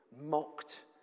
mocked